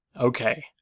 Okay